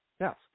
Yes